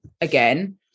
again